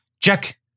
Jack